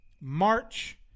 March